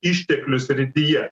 išteklių srityje